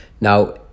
Now